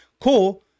Cool